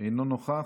אינו נוכח.